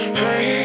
hey